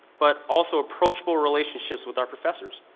but also approachable relationships with our professors.